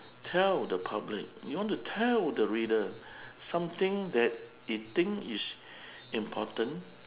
tell the public you want to tell the reader something that it think is important